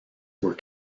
were